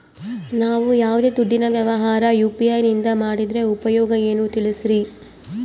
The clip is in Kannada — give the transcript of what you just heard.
ನಾವು ಯಾವ್ದೇ ದುಡ್ಡಿನ ವ್ಯವಹಾರ ಯು.ಪಿ.ಐ ನಿಂದ ಮಾಡಿದ್ರೆ ಉಪಯೋಗ ಏನು ತಿಳಿಸ್ರಿ?